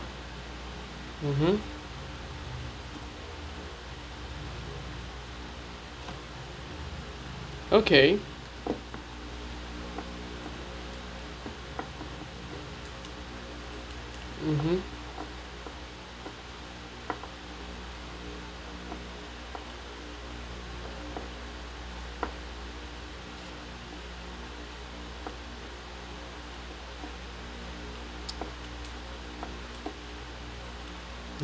mmhmm okay mmhmm